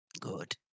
Good